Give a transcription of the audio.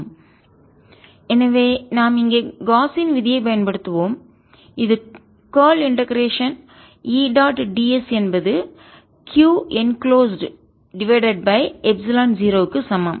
ErCe λrr3r|Er|Ce λrr2 எனவே நாம் இங்கே காஸ்ஸின் விதியை பயன்படுத்துவோம் இது கார்ல் இண்டெகரேஷன் ஒருங்கிணைப்பு சுருட்க்குE டாட் d s என்பது Q என்குளோஸ்ட் மூடப்பட்டிருக்கும் டிவைடட் பை எப்சிலன் 0 க்கு சமம்